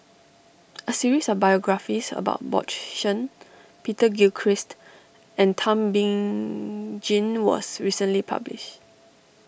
a series of biographies about Bjorn Shen Peter Gilchrist and Thum Bing Tjin was recently published